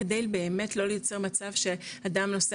כדי באמת לא לייצר מצב שאדם נוסע,